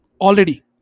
already